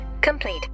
complete